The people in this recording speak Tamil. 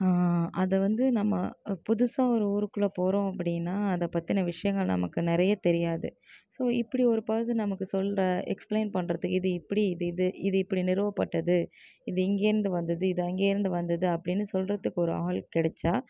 அதை வந்து நம்ம புதுசாக ஒரு ஊருக்குள்ளே போகறோம் அப்படின்னா அதை பற்றின விஷயங்கள் நமக்கு நிறைய தெரியாது இப்படி ஒரு பர்ஸன் நமக்கு சொல்லுற எக்ஸ்பிளைன் பண்ணுறது இது இப்படி இது இது இது இப்படி நிறுவப்பட்டது இது இங்கேர்ந்து வந்தது இது அங்கேர்ந்து வந்தது அப்படின்னு சொல்லுறதுக்கு ஒரு ஆள் கிடச்சா